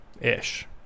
ish